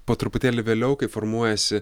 po truputėlį vėliau kai formuojasi